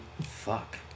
fuck